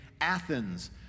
athens